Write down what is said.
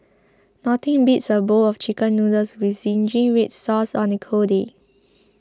nothing beats a bowl of Chicken Noodles with Zingy Red Sauce on a cold day